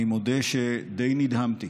אני מודה שדי נדהמתי